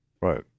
right